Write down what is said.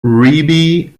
rebbe